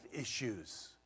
issues